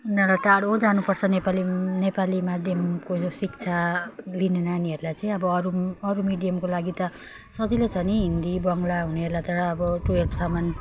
उनीहरूलाई टाढो जानुपर्छ नेपाली नेपाली माध्यमको यो शिक्षा लिनु नानीहरूलाई चाहिँ अब अरू अरू मिडियमको लागि त सजिलो छ नि हिन्दी बङ्गला हुनेलाई त अब टुवेल्भसम्म